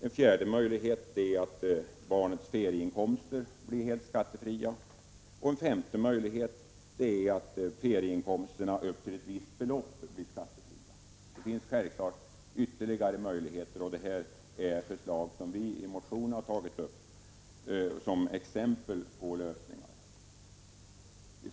En fjärde är att barnens ferieinkomster blir helt skattefria, och en femte att ferieinkomster blir skattefria upp till ett visst belopp. Det finns självklart också andra möjligheter, men detta är de förslag vi i motionen har tagit upp som exempel på lösningar.